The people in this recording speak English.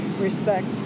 respect